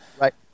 Right